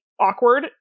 awkward